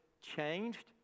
changed